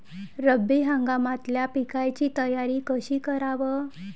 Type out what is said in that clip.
रब्बी हंगामातल्या पिकाइची तयारी कशी कराव?